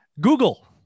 google